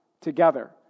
together